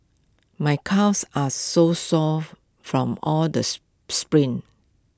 my calves are so sore from all the sprints